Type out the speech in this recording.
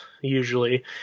usually